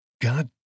God